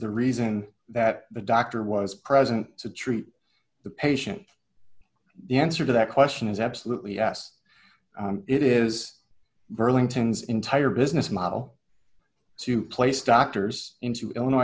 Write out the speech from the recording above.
the reason that the doctor was present to treat the patient the answer to that question is absolutely yes it is burlington's entire business model to place doctors into illinois